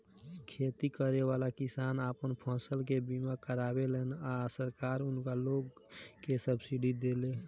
खेती करेवाला किसान आपन फसल के बीमा करावेलन आ सरकार उनका लोग के सब्सिडी देले